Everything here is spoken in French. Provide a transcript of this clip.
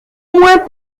moins